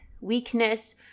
weakness